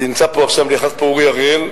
נמצא פה עכשיו, נכנס לפה אורי אריאל,